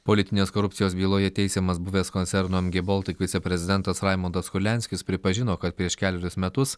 politinės korupcijos byloje teisiamas buvęs koncerno mg baltic viceprezidentas raimundas kurlianskis pripažino kad prieš kelerius metus